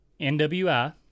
NWI